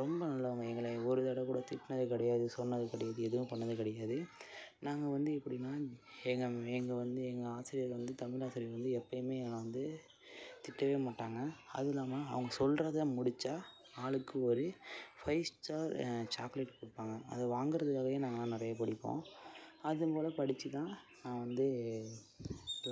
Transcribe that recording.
ரொம்ப நல்லவங்க எங்களை ஒரு தடவை கூட திட்டினது கிடையாது சொன்னது கிடையாது எதுவும் பண்ணது கிடையாது நாங்கள் வந்து எப்படினா எங்கள் எங்கள் வந்து எங்கள் ஆசிரியர்கள் வந்து தமிழ் ஆசிரியர் வந்து எப்பேயுமே வந்து திட்டவே மாட்டாங்க அதுவும் இல்லாமல் அவங்க சொல்கிறத முடித்தா ஆளுக்கு ஒரு ஃபை ஸ்டார் சாக்லேட் கொடுப்பாங்க அது வாங்கிறதுக்காகவே நாங்கள் நிறையா படிப்போம் அது மூலம் படிச்சுதான் நான் வந்து